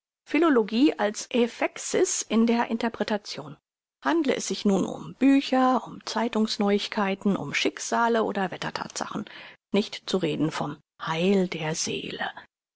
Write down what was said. philologie als ephexis in der interpretation handle es sich nun um bücher um zeitungs neuigkeiten um schicksale oder wetter thatsachen nicht zu reden vom heil der seele